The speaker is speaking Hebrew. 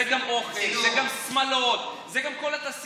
זה גם אוכל, זה גם שמלות, זה גם כל התעשייה.